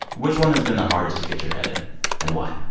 which one has been the hardest to get your head in and why?